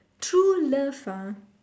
true love ah